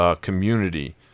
community